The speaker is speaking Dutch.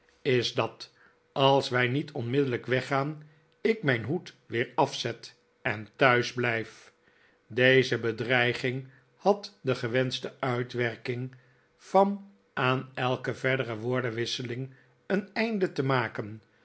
is dat als wij niet onmiddellijk weggaan ik mijn hoed weer afzet en thuis blijf deze bedreiging had de gewenschte uitwerking van aan elke verdere woordenwisseling een eiride te maken